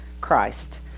Christ